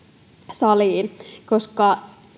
saliin koska